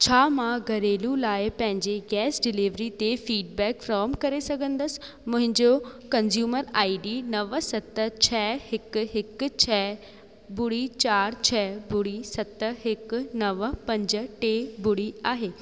छा मां घरेलू लाइ पंहिंजे गैस डिलेवरी ते फीडबैक फ्रोम करे सघंदसि मुहिंजो कंज़यूमर आई डी नव सत छ हिकु हिकु छ बुड़ी चारि छ बुड़ी सत हिकु नव पंज टे बुड़ी आहे